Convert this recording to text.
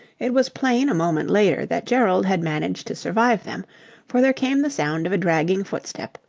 it was plain a moment later that gerald had managed to survive them for there came the sound of a dragging footstep,